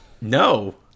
No